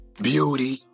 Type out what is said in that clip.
beauty